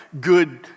good